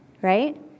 Right